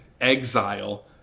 exile